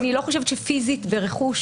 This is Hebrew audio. אני לא חושבת שפיזית ברכוש,